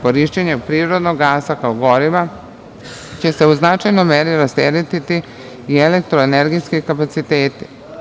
Korišćenjem prirodnog gasa kao goriva će se u značajnoj meri rasteretiti i elektroenergetski kapaciteti.